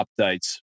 updates